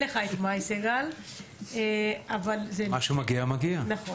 והרצינות והרצון של המשרד לביטחון פנים.